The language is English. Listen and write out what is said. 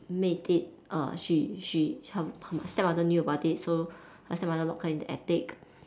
make it err she she her her stepmother knew about it so her stepmother locked her in the attic